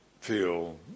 feel